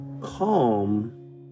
calm